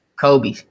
Kobe